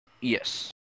Yes